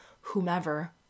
whomever